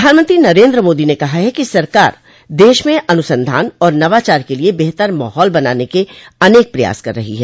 प्रधानमंत्री नरेन्द्र मोदी ने कहा है कि सरकार देश में अनुसंधान और नवाचार के लिए बेहतर माहौल बनाने के अनेक प्रयास कर रही है